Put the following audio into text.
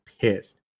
pissed